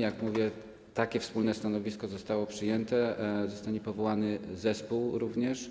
Jak mówię, takie wspólne stanowisko zostało przyjęte, zostanie powołany zespół również